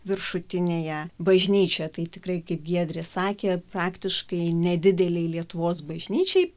viršutinėje bažnyčioje tai tikrai kaip giedrė sakė praktiškai nedidelei lietuvos bažnyčiai